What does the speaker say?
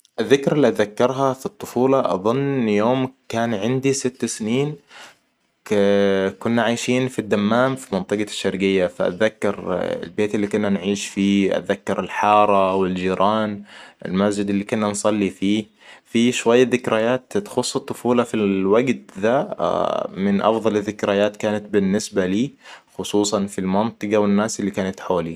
الذكري اللي أتذكرها في الطفولة أظن يوم كان عندي ست سنين كنا عايشين في الدمام في منطقة الشرقية فأتذكر البيت اللي كنا نعيش فيه أتذكر الحارة أوالجيران المسجد اللي كنا نصلي فيه فيه شوية ذكريات تخص الطفولة فالوقت ذا من افضل الذكريات كانت بالنسبة لي خصوصاً في المنطقة والناس اللي كانت حولي.